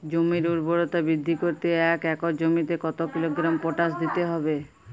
জমির ঊর্বরতা বৃদ্ধি করতে এক একর জমিতে কত কিলোগ্রাম পটাশ দিতে হবে?